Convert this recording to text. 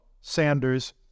Sanders